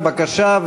בבקשה.